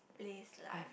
place lah